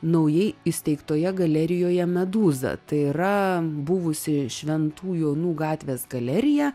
naujai įsteigtoje galerijoje medūza tai yra buvusi šventų jonų gatvės galerija